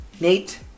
Nate